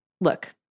look